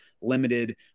limited